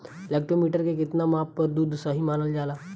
Lactometer के कितना माप पर दुध सही मानन जाला?